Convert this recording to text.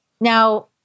Now